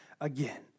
again